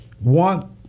want